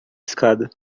escada